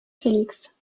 félix